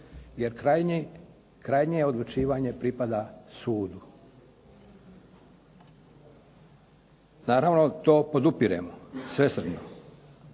Jer krajnje odlučivanje pripada sudu. Naravno, to podupiremo svesrdno,